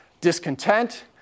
discontent